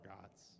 gods